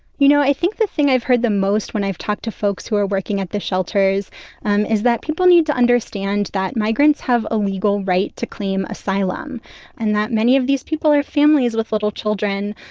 you know, i think the thing i've heard the most when i've talked to folks who are working at the shelters um is that people need to understand that migrants have a legal right to claim asylum and that many of these people are families with little children.